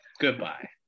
goodbye